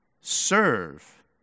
Serve